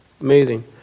Amazing